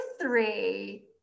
three